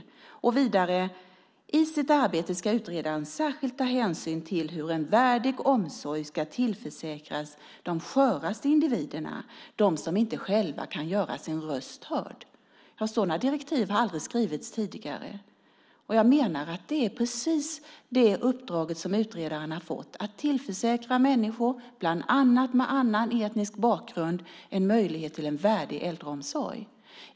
Vidare står det: I sitt arbete ska utredaren särskilt ta hänsyn till hur en värdig omsorg ska tillförsäkras de sköraste individerna, de som inte själva kan göra sin röst hörd. Några sådana direktiv har det aldrig skrivits tidigare. Det uppdrag som utredaren har fått är att tillförsäkra människor bland annat med annan etnisk bakgrund en möjlighet till en värdig äldreomsorg.